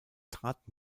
trat